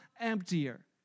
emptier